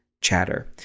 chatter